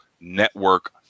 network